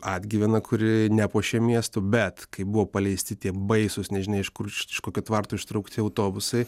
atgyvena kuri nepuošė miestų bet kai buvo paleisti tie baisūs nežinia iš kur iš kokio tvarto ištraukti autobusai